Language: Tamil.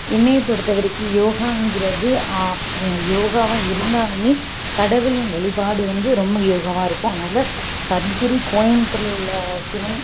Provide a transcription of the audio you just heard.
என்னை பொறுத்த வரைக்கு யோகாங்கிறது யோகவாக இருந்தாலுமே கடவுளின் வழிபாடு வந்து ரொம்ப யோகவாக இருக்கும் அதனால் சத்குரு கோயமுத்துரில் உள்ள சிவன்